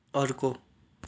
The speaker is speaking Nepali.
अर्को